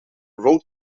road